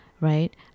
right